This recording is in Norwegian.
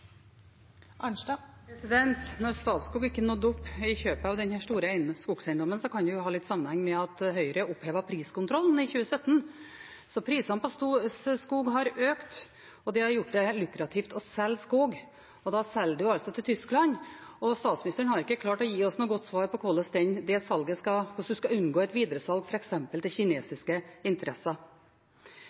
Arnstad – til oppfølgingsspørsmål. Når Statskog ikke nådde opp i kjøpet av den store skogseiendommen, kan det jo ha litt sammenheng med at Høyre opphevet priskontrollen i 2017. Så prisene på skog har økt. Det har gjort det lukrativt å selge skog, og da selger en altså til Tyskland. Statsministeren har ikke klart å gi oss noe godt svar på hvordan en skal unngå et videresalg av det salget, f.eks. til kinesiske interesser.